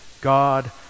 God